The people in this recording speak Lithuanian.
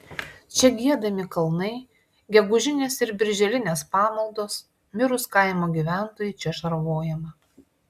čia giedami kalnai gegužinės ir birželinės pamaldos mirus kaimo gyventojui čia šarvojama